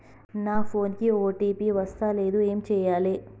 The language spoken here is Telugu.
నా ఫోన్ కి ఓ.టీ.పి వస్తలేదు ఏం చేయాలే?